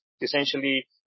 essentially